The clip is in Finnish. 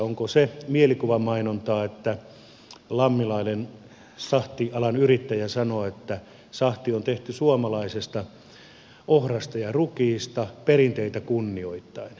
onko se mielikuvamainontaa että lammilainen sahtialan yrittäjä sanoo että sahti on tehty suomalaisesta ohrasta ja rukiista perinteitä kunnioittaen